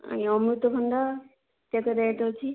ଅମୃତଭଣ୍ଡା କେତେ ରେଟ୍ ଅଛି